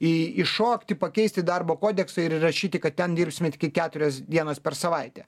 į įšokti ir pakeisti darbo kodeksą ir įrašyti kad ten dirbsime tiktai keturias dienas per savaitę